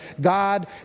God